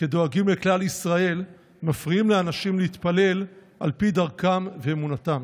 כדואגים לכלל ישראל מפריעים לאנשים להתפלל על פי דרכם ואמונתם.